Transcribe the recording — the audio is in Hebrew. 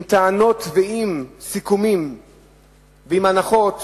עם טענות, סיכומים והנחות